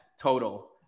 total